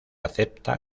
acepta